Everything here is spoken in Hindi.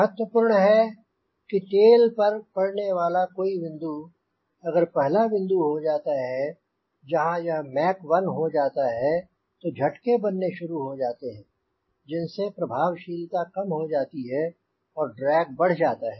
महत्वपूर्ण है कि टेल पर पड़ने वाला कोई बिंदु अगर पहला बिंदु हो जाता है जहाँ यह Mach 1 हो जाता है तो झटके बनने शुरू हो जाते हैं जिनसे प्रभावशीलता कम हो जाती है और ड्रैग बढ़ जाता है